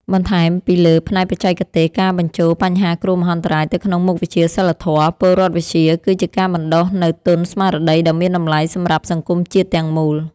បន្ថែមពីលើផ្នែកបច្ចេកទេស ការបញ្ចូលបញ្ហាគ្រោះមហន្តរាយទៅក្នុងមុខវិជ្ជាសីលធម៌-ពលរដ្ឋវិជ្ជា គឺជាការបណ្ដុះនូវទុនស្មារតីដ៏មានតម្លៃសម្រាប់សង្គមជាតិទាំងមូល។